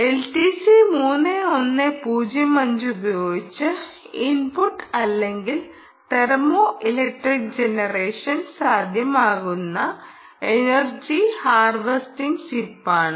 LTC 3105 ഉപയോഗിച്ച് input അല്ലെങ്കിൽ thermo electric generation സാധ്യമാകുന്ന എനർജി ഹാർവെസ്റ്റിംഗ് ചിപ്പാണ്